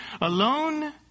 alone